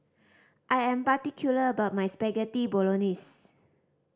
I am particular about my Spaghetti Bolognese